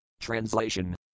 Translation